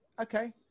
Okay